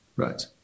Right